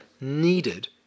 needed